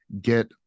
Get